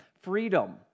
freedom